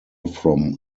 from